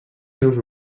seus